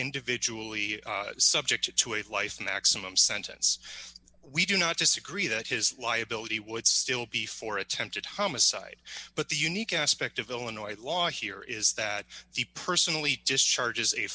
individually subject to a life maximum sentence we do not disagree that his liability would still be for attempted homicide but the unique aspect of illinois law here is that he personally discharges a